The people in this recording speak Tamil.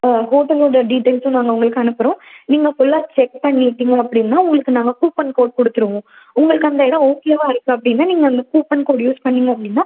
ஆ ஹோட்டல்லோடய டீட்டெய்ல்ஸ்ஸும் நாங்கள் உங்களுக்கு அனுப்புகிறோம் நீங்கள் ஃபுல்லாக செக் பண்ணிட்டீங்க அப்படின்னா உங்களுக்கு நாங்கள் கூப்பன் கோட் கொடுத்துருவோம் உங்களுக்கு அந்த இடம் ஓகேவா இருக்குது அப்படின்னா நீங்கள் அந்த கூப்பன் கோட் யூஸ் பண்ணுணீங்க அப்படின்னா